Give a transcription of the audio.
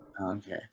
Okay